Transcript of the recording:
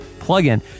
plugin